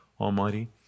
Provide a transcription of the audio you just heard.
Almighty